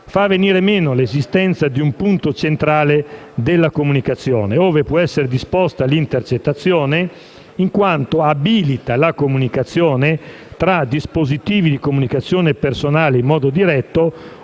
fa venire meno l'esistenza di un punto centrale della comunicazione ove può essere disposta l'intercettazione, in quanto abilita la comunicazione tra dispositivi di comunicazione personale in modo diretto